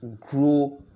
grow